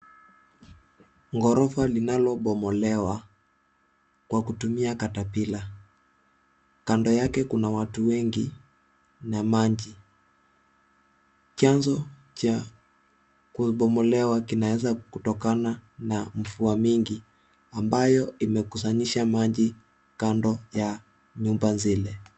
Gorofa linalobomolewa kwa kutumia caterpillar . Kando yake kuna watu wengi na maji. Chanzo cha kubomolewa kinaweza kutokana na mvua nyingi ambayo imekusanyisha maji kando ya nyumba zile.